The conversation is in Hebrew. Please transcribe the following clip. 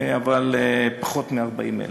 אבל פחות מ-40,000.